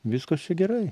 viskas čia gerai